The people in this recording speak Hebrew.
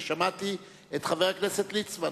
ושמעתי את חבר הכנסת ליצמן.